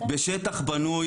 בשטח בנוי